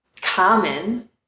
common